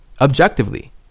objectively